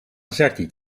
azerty